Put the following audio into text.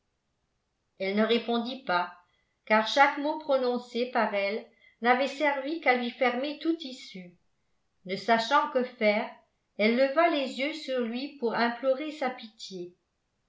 elle ne répondit pas car chaque mot prononcé par elle n'avait servi qu'à lui fermer toute issue ne sachant que faire elle leva les yeux sur lui pour implorer sa pitié